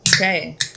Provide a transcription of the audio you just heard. Okay